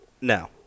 no